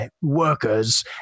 Workers